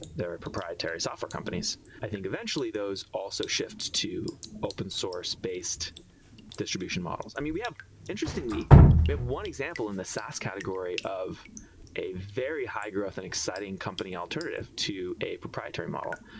they're proprietary software companies. i think eventually those also shifts to open source based distribution models. i mean, we have interestingly, we have one example in the saas category of very high growth and exciting company alternative to a proprietary model,